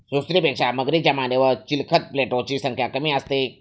सुसरीपेक्षा मगरीच्या मानेवर चिलखत प्लेटोची संख्या कमी असते